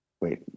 wait